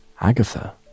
Agatha